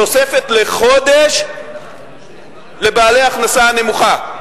תוספת לחודש לבעלי ההכנסה הנמוכה,